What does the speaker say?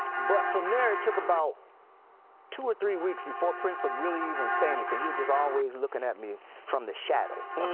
but from there it took about two or three weeks before prince would really even say anything. he was just always looking at me from the shadows.